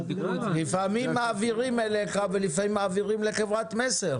לפעמים מעבירים אליך ולפעמים מעבירים לחברת מסר.